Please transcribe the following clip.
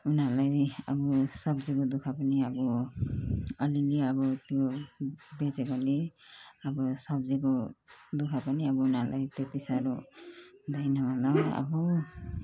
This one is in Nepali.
उनीहरूलाई अब सब्जीको दुःख पनि अब अलिअलि अब त्यो बेचेकोले अब सब्जीको दुःख पनि अब उनीहरूलाई त्यति साह्रो हुँदैन होला अब